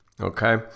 okay